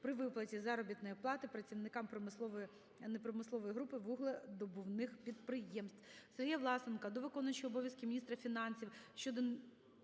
при виплаті заробітної плати працівникам промислової та непромислової групи вугледобувних підприємств.